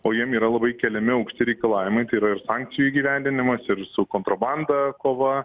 o jiem yra labai keliami aukšti reikalavimai tai yra ir sankcijų įgyvendinimas ir su kontrabanda kova